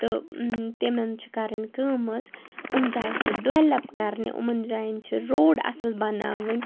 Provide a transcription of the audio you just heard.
تہٕ تِمَن چھِ کَرٕنۍ کٲم حظ یِم جایہِ چھَکھ ڈیٚولپ کَرنہِ یِمَن جایَن چھِ روڈ اصٕل بَناوٕنۍ